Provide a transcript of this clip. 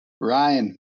Ryan